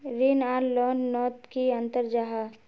ऋण आर लोन नोत की अंतर जाहा?